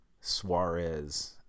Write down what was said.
Suarez